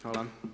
Hvala.